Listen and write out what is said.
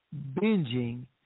binging